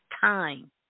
time